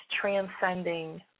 transcending